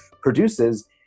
produces